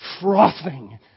frothing